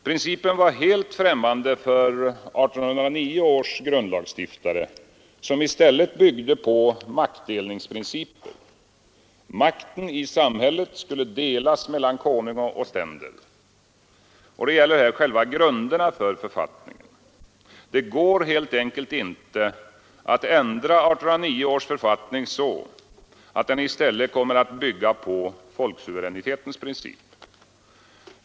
Principen var helt främmande för 1809 års grundlagsstiftare, som i stället byggde på maktdelningsprinciper: makten i samhället skulle delas mellan Konung och ständer. Här gäller det själva grunderna för författningen. Det går helt enkelt inte att ändra 1809 års författning så att den i stället kommer att bygga på folksuveränitetens princip.